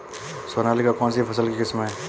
सोनालिका कौनसी फसल की किस्म है?